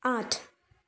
আঠ